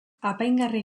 apaingarri